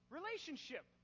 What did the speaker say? Relationship